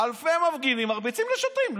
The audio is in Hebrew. אלפי מפגינים מרביצים לשוטרים.